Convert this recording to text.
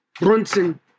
Brunson